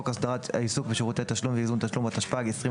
הסדרת העיסוק בשירותי תשלום וייזום תשלום,